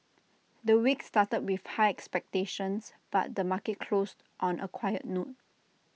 the week started with high expectations but the market closed on A quiet note